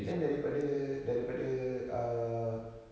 then daripada daripada uh